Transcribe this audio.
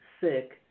sick